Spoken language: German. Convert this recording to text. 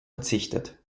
verzichtet